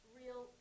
real